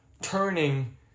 turning